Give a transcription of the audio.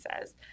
says